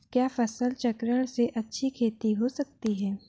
क्या फसल चक्रण से अच्छी खेती हो सकती है?